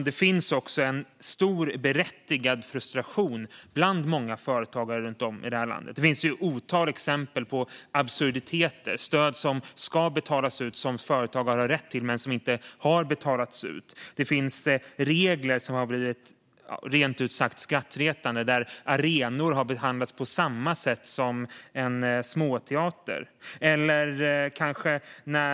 Det finns en stor och berättigad frustration bland många företagare runt om i landet. Det finns ett otal exempel på absurditeter - stöd som ska betalas ut och som företagare har rätt till men som inte har betalats ut. Det finns regler som har blivit rent ut sagt skrattretande. Arenor har behandlats på samma sätt som en liten teater.